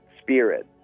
spirit